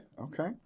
Okay